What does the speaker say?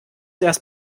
erst